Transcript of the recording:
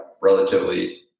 relatively